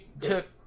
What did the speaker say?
took